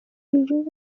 ilun